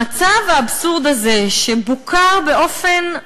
המצב האבסורדי הזה, שבוקר באופן,